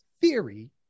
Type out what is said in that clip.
theory